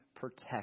protect